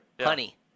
Honey